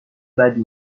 بدی